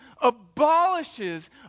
abolishes